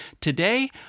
Today